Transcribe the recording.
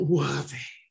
worthy